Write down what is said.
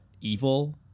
evil